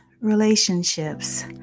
Relationships